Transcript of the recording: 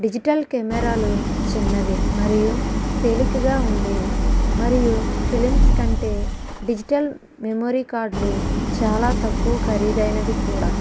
digital కెమెరాలు చిన్నవి మరియు తేలికగా ఉండేవి మరియు ఫిలిమ్స్ కంటే డిజిటల్ మెమొరీ కార్డులు చాలా తక్కువ ఖరీదైనవి కూడా